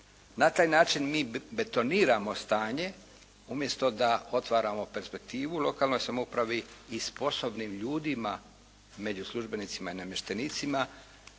Na taj način mi betoniramo stanje umjesto da otvaramo perspektivu u lokalnoj samoupravi i sposobnim ljudima među službenicima i namještenicima,